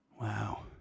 Wow